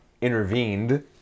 intervened